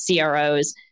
CROs